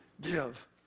give